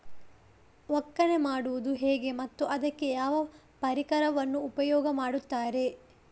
ಒಕ್ಕಣೆ ಮಾಡುವುದು ಹೇಗೆ ಮತ್ತು ಅದಕ್ಕೆ ಯಾವ ಪರಿಕರವನ್ನು ಉಪಯೋಗ ಮಾಡುತ್ತಾರೆ?